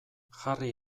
jarri